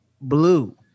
blue